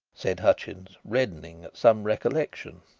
said hutchins, reddening at some recollection,